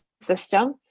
system